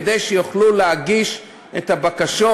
כדי שיוכלו להגיש את הבקשות